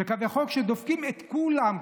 ודופקים את כולם,